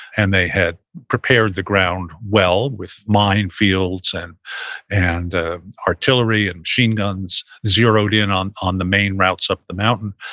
and they had prepared the ground well with minefields and and artillery and machine guns zeroed in on on the main routes up the mountain,